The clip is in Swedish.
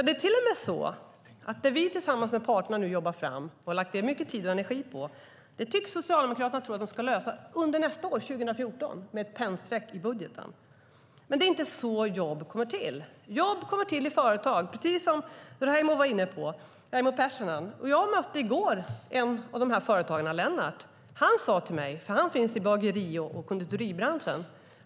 Det är till och med så att Socialdemokraterna tycks tro att de, med ett pennstreck i budgeten, under nästa år, 2014, ska lösa det som vi tillsammans med parterna nu jobbar fram och har lagt ned mycket tid och energi på. Men det är inte så jobb kommer till. Jobb kommer till i företag, precis som Raimo Pärssinen var inne på. Jag mötte i går en av de här företagarna, Lennart, som finns i bageri och konditoribranschen.